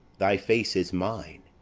thy face is mine,